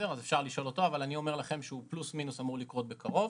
אני אומר לכם שזה אמור לקרות בקרוב.